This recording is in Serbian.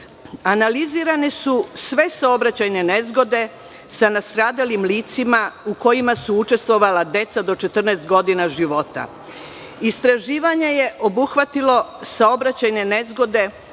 Analizirane su sve saobraćajne nezgode sa nastradalim licima u kojima su učestvovala deca do 14 godina života. Istraživanje je obuhvatilo saobraćajne nezgode